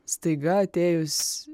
staiga atėjus